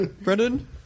Brendan